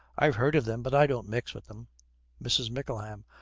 i've heard of them, but i don't mix with them mrs. mickleham.